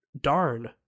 darn